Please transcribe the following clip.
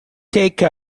take